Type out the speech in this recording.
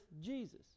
Jesus